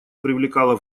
привлекала